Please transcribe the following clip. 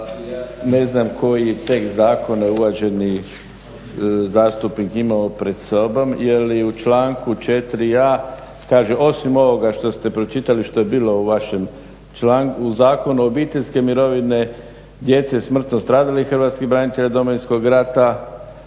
ne znam koji tekst zakona je uvaženi zastupnik imao pred sobom jel u članku 4.a kaže osim ovoga što ste pročitali što je bilo u vašem zakonu "obiteljske mirovine djece smrtno stradalih hrvatskih branitelja Domovinskog rata,